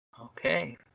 Okay